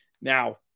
Now